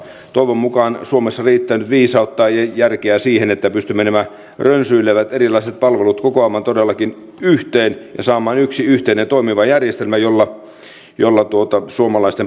toivon mukaan suomessa riittää nyt viisautta ja järkeä siihen että pystymme nämä rönsyilevät erilaiset palvelut kokoamaan todellakin yhteen ja saamaan yhden yhteisen ja toimivan järjestelmän jolla suomalaisten palvelut saadaan kuntoon